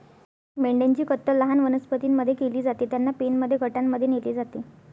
मेंढ्यांची कत्तल लहान वनस्पतीं मध्ये केली जाते, त्यांना पेनमध्ये गटांमध्ये नेले जाते